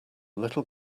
little